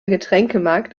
getränkemarkt